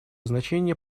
значение